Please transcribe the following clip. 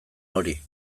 hori